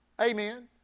Amen